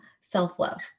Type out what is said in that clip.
self-love